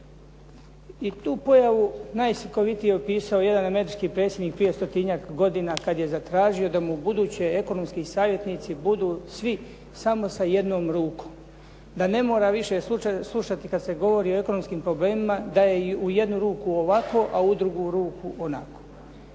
I tu pojavu najslikovitije je opisao jedan američki predsjednik prije stotinjak godina kad je zatražio da mu budući ekonomski savjetnici budu svi samo sa jednom rukom da ne mora više slušati kad se govori o ekonomskim problemima da je u jednu ruku ovako, a u drugu onako.